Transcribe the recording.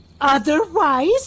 Otherwise